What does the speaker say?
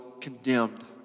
condemned